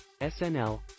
SNL